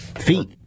Feet